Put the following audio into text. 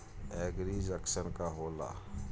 एगरी junction का होला?